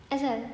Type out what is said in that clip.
asal